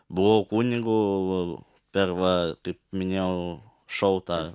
buvau kunigu per va kaip minėjau šou tą